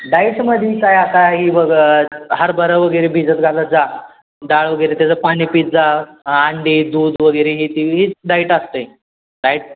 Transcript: डाईटमध्ये काय आता ही बघ हरभरा वगैरे भिजत घालत जा डाळ वगैरे त्याचं पाणी पीत जा अंडी दूध वगैरे हीच डाईट असतंय डाईट